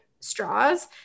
Straws